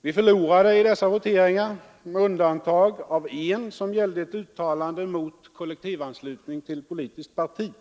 Vi förlorade i dessa voteringar med undantag av en som gällde ett uttalande mot kollektivanslutning till politiskt parti.